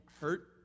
hurt